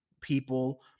people